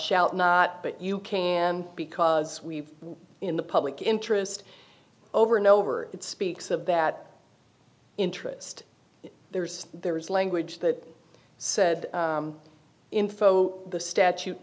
shout not but you can because we've in the public interest over and over it speaks of that interest there's there is language that said info the statute